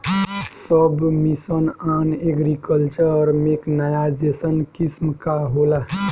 सब mission on agriculture mechanisation scheme का होला?